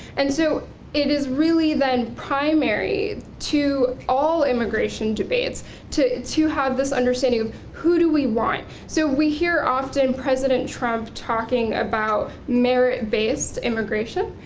and so it is really then primary to all immigration debates to to have this understanding of who do we want. so we hear often president trump talking about merit-based immigration,